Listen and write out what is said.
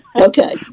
Okay